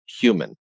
human